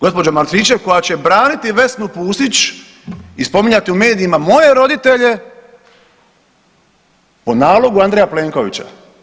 Gđa. Martinčev koja će braniti Vesnu Pusić i spominjati u medijima moje roditelje po nalogu Andreja Plenkovića.